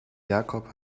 jakob